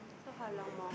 never mind